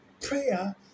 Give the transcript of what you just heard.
prayer